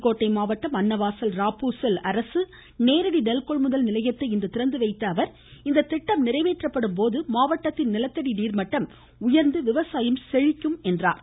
புதுக்கோட்டை மாவட்டம் அன்னவாசல் ராப்பபூசல் நெல் கொள்முதல் நிலையத்தை இன்று திறந்து வைத்த அவர் இத்திட்டம் நிறைவேற்றப்படும் போது மாவட்டத்தின் நிலத்தடி நீர்மட்டம் உயர்ந்து விவசாயம் செழிக்கும் என்றார்